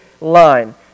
line